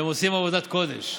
והם עושים עבודת קודש.